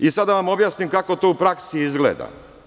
Sada da vam objasnim kako to u praksi izgleda.